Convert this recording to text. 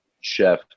chef